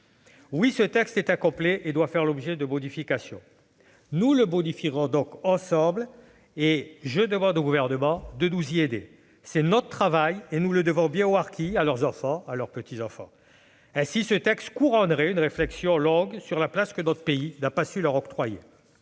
Oui, ce texte est incomplet et doit faire l'objet de modifications. Nous l'améliorerons donc ensemble ; je demande au Gouvernement de nous y aider. C'est notre travail d'oeuvrer en ce sens. Nous le devons bien aux harkis, à leurs enfants, à leurs petits-enfants. Ainsi ce texte viendrait-il couronner une réflexion longue sur la place que notre pays n'a pas su leur octroyer.